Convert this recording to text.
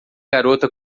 garota